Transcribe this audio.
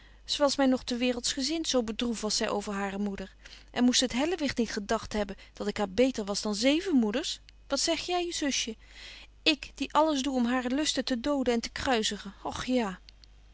was my nog te waereldsgezint zo bedroeft was zy over hare moeder en moest het hellewicht niet gedagt hebben dat ik haar beter was dan zeven moeders wat zeg jy zusje ik die alles doe om hare lusten te doden en te kruizigen och ja